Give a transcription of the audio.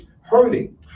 hurting